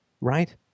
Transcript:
right